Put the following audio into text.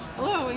Hello